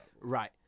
Right